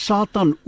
Satan